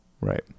Right